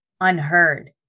unheard